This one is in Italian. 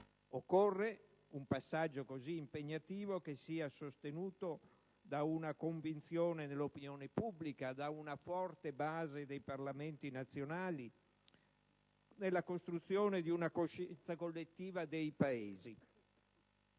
Occorre che un passaggio così impegnativo sia sostenuto da una convinzione nell'opinione pubblica, da una forte base nei Parlamenti nazionali dalla costruzione di una coscienza collettiva dei Paesi.